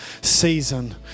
season